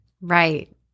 Right